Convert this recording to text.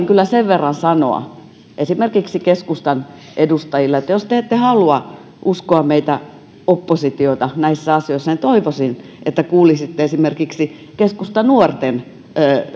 kyllä sen verran sanoa esimerkiksi keskustan edustajille että jos te ette halua uskoa meitä oppositiota näissä asioissa niin toivoisin että kuulisitte esimerkiksi keskustanuorten